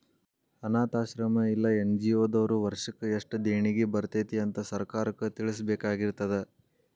ಅನ್ನಾಥಾಶ್ರಮ್ಮಾ ಇಲ್ಲಾ ಎನ್.ಜಿ.ಒ ದವ್ರು ವರ್ಷಕ್ ಯೆಸ್ಟ್ ದೇಣಿಗಿ ಬರ್ತೇತಿ ಅಂತ್ ಸರ್ಕಾರಕ್ಕ್ ತಿಳ್ಸಬೇಕಾಗಿರ್ತದ